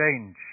Change